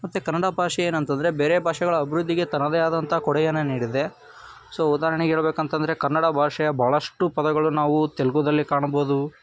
ಮತ್ತು ಕನ್ನಡ ಭಾಷೆ ಏನಂತಂದರೆ ಬೇರೆ ಭಾಷೆಗಳ ಅಭಿವೃದ್ಧಿಗೆ ತನ್ನದೇ ಆದಂಥ ಕೊಡುಗೆಯನ್ನು ನೀಡಿದೆ ಸೊ ಉದಾರ್ಣೆಗೆ ಹೇಳ್ಬೇಕ್ ಅಂತಂದರೆ ಕನ್ನಡ ಭಾಷೆಯ ಭಾಳಷ್ಟು ಪದಗಳು ನಾವು ತೆಲ್ಗುದಲ್ಲಿ ಕಾಣ್ಬೋದು